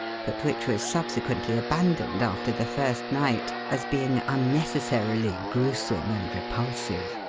but which was subsequently abandoned after the first night as being unnecessarily gruesome and repulsive.